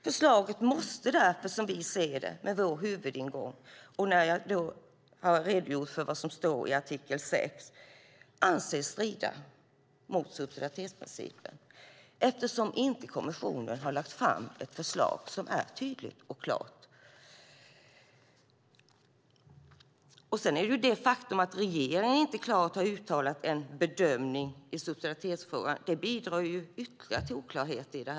Förslaget måste därför, som vi ser det med vår huvudingång och när jag då har redogjort för vad som står i artikel 6, anses strida mot subsidiaritetsprincipen eftersom kommissionen inte har lagt fram ett förslag som är tydligt och klart. Sedan bidrar det faktum att regeringen inte klart har uttalat en bedömning i subsidiaritetsfrågan ytterligare till oklarheten.